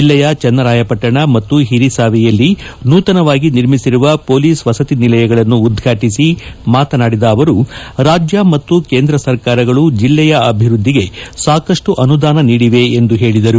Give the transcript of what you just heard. ಜಲ್ಲೆಯ ಚನ್ನರಾಯಪಟ್ಟಣ ಮತ್ತು ಹಿರಿಸಾವೆಯಲ್ಲಿ ನೂತನವಾಗಿ ನಿರ್ಮಿಸಿರುವ ಹೊಲೀಸ್ ವಸತಿ ನಿಲಯಗಳನ್ನು ಉದ್ಘಾಟಿಸಿ ಮಾತನಾಡಿದ ಅವರು ರಾಜ್ಯ ಮತ್ತು ಕೇಂದ್ರ ಸರ್ಕಾರಗಳು ಜಿಲ್ಲೆಯ ಅಭಿವೃದ್ದಿಗೆ ಸಾಕಷ್ಟು ಅನುದಾನ ನೀಡಿವೆ ಎಂದು ಹೇಳಿದರು